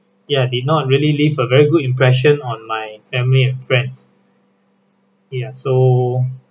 ya did not really leave a very good impression on my family and friends ya so